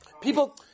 People